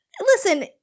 Listen